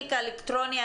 האזיק האלקטרוני.